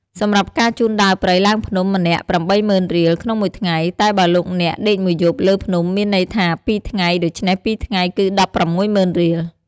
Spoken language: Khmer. សម្រាប់ការជូនដើរព្រៃ ឡើងភ្នំ ម្នាក់៨០,០០០រៀល ក្នុងមួយថ្ងៃ តែបើលោកអ្នក ដេកមួយយប់លើភ្នំមានន័យថា២ថ្ងៃ ដូច្នេះ២ថ្ងៃ គឺ១៦០,០០០រៀល។